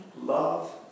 Love